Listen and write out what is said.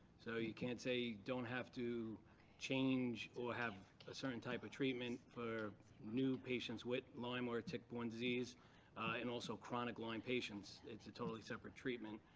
so you can't say you don't have to change or have a certain type of treatment for new patients with lyme or tick-borne disease and also chronic lyme patients. it's a totally separate treatment,